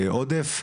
בעודף.